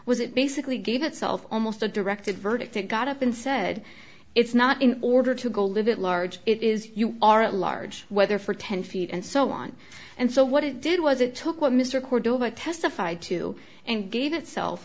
was it basically gave itself almost a directed verdict it got up and said it's not in order to go live it large it is you are at large whether for ten feet and so on and so what it did was it took what mr cordova testified to and gave itself